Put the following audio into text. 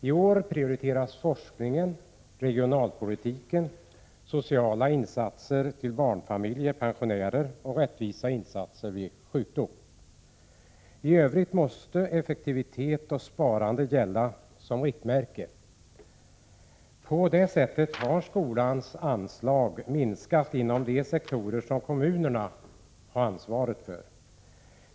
I år prioriteras forskningen, regionalpolitiken, sociala insatser till barnfamiljer och pensionärer samt rättvisa insatser vid sjukdom. I övrigt måste effektivitet och sparande gälla som riktmärke. På det sättet har skolans anslag minskat inom de sektorer som kommunerna har ansvaret för.